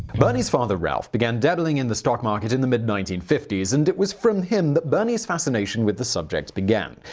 bernie's father ralph began dabbling in the stock market in the mid nineteen fifty s and it was from him that bernie's fascination with the subject began.